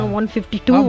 152